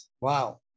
Wow